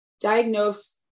diagnose